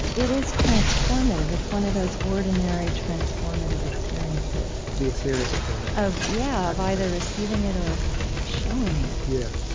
it is transformative. it's one of those ordinary, transformative experiences the experience of tenderness yeah of either receiving it or showing it yeah,